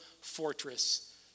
fortress